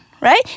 Right